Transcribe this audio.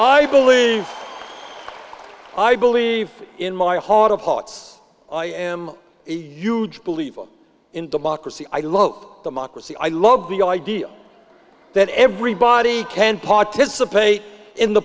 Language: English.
old i believe in my heart of hearts i am a huge believe in democracy i love democracy i love the idea that everybody can participate in the